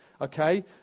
okay